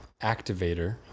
activator